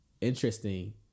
interesting